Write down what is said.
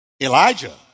Elijah